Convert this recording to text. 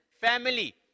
family